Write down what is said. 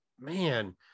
man